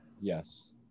Yes